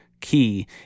key